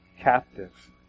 captive